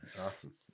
Awesome